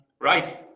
Right